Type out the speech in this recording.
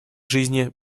жизни